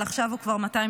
אבל עכשיו הוא כבר 286,